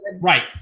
right